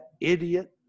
idiot